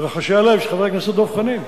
לרחשי הלב של חבר הכנסת דב חנין,